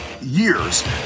years